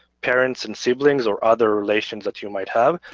parents and siblings, or other relations that you might have.